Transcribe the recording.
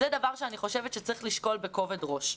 זה דבר שאני חושבת שצריך לשקול בכובד ראש.